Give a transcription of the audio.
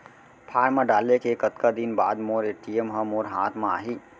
Form डाले के कतका दिन बाद मोर ए.टी.एम ह मोर हाथ म आही?